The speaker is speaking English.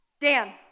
Dan